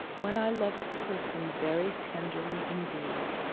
when i love a person very tenderly indeed,